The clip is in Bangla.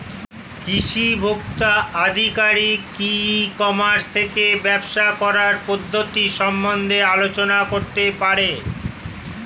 কৃষি ভোক্তা আধিকারিক কি ই কর্মাস থেকে ব্যবসা করার পদ্ধতি সম্বন্ধে আলোচনা করতে পারে?